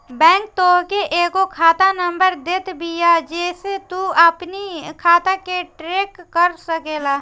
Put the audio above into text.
bank तोहके एगो खाता नंबर देत बिया जेसे तू अपनी खाता के ट्रैक कर सकेला